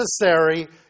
necessary